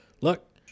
look